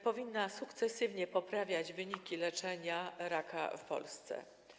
Powinna ona sukcesywnie poprawiać wyniki leczenia raka w Polsce.